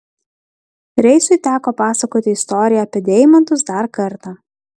reisui teko pasakoti istoriją apie deimantus dar kartą